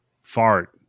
fart